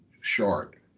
short